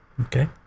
okay